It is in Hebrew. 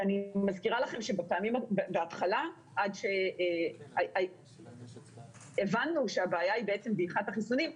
אני מזכירה לכם שבהתחלה עד שהבנו שהבעיה היא בדעיכת החיסונים,